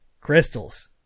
crystals